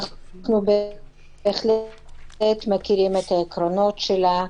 אנחנו מכירים את העקרונות שלה.